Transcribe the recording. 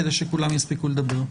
כדי שכולם יספיקו לדבר.